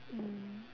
mm